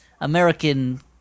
American